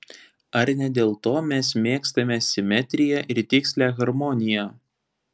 ar ne dėl to mes mėgstame simetriją ir tikslią harmoniją